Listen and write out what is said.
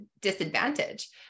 disadvantage